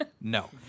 no